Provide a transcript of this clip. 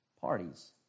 parties